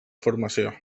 formació